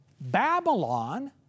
Babylon